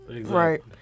Right